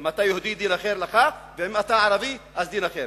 אם אתה יהודי, דין אחד לך, ואם אתה ערבי, דין אחר.